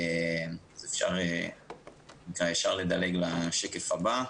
אפשר לדלג לשקף הבא.